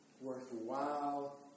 worthwhile